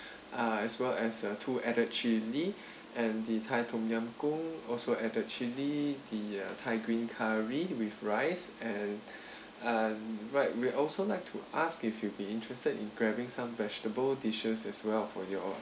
uh as well as uh two added chili and the thai tom yum goong also added the chilli the uh thai green curry with rice and um right we also like to ask if you be interested in grabbing some vegetable dishes as well for your